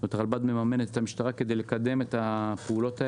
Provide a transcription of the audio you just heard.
כלומר הרלב"ד מממן את המשטרה כדי לקדם את הפעולות האלה.